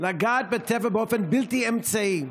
לגעת בטבע באופן בלתי אמצעי.